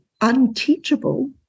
unteachable